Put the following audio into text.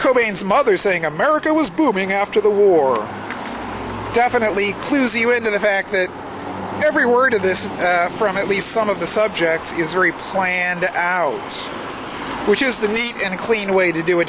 cobain's mother saying america was booming after the war definitely clues you into the fact that every word of this from at least some of the subjects is very planned out which is the neat and clean way to do a